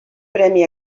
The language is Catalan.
premi